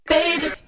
Baby